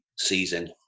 season